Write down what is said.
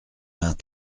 mains